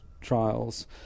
trials